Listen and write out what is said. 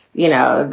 you know,